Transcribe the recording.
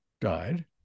died